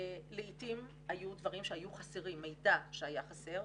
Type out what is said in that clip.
לעיתים היו דברים שהיו חסרים, מידע שהיה חסר,